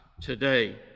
today